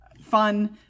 fun